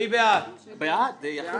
מי בעד הצעה 4 של קבוצת סיעת הרשימה המשותפת?